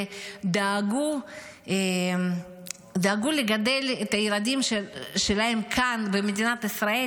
ודאגו לגדל את הילדים שלהם כאן במדינת ישראל,